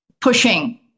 pushing